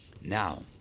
Now